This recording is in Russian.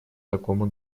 такому